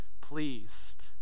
pleased